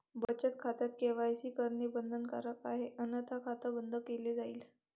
बचत खात्यात के.वाय.सी करणे बंधनकारक आहे अन्यथा खाते बंद केले जाईल